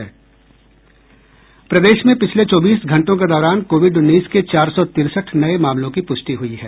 प्रदेश में पिछले चौबीस घंटों के दौरान कोविड उन्नीस के चार सौ तिरसठ नये मामलों की पुष्टि हुई है